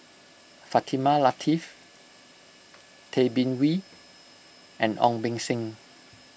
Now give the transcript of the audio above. Fatimah Lateef Tay Bin Wee and Ong Beng Seng